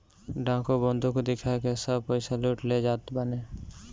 डाकू बंदूक दिखाई के सब पईसा लूट ले जात बाने